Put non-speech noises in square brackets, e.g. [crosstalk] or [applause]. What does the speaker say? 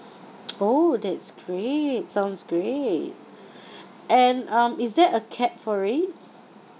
oh that's great sounds great [breath] and um is there a cap for it